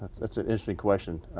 that's an interesting question.